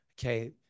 okay